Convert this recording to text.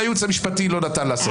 והייעוץ המשפטי לא נתן לעשות.